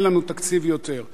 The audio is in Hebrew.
אין לנו תקציב יותר.